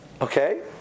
Okay